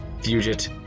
Fugit